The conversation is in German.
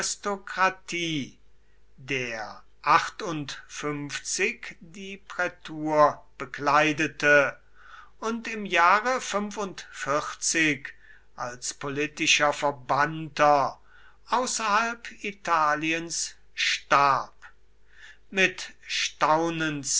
der die prätur bekleidete und im jahre als politischer verbannter außerhalb italiens starb mit staunenswerter